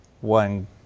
one